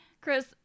Chris